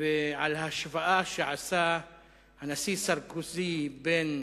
על השוואה שעשה הנשיא סרקוזי בין